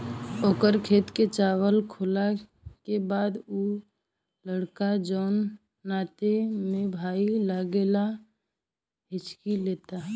ओकर खेत के चावल खैला के बाद उ लड़का जोन नाते में भाई लागेला हिच्की लेता